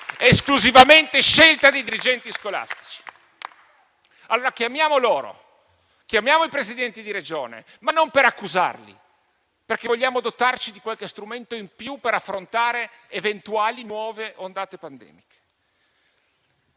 esclusivamente una scelta dei dirigenti scolastici. Chiamiamo allora i Presidenti di Regione, non per accusarli, ma perché vogliamo dotarci di qualche strumento in più per affrontare eventuali nuove ondate pandemiche.